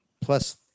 plus